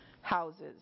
houses